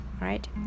Right